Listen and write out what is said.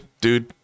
dude